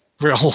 real